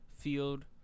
field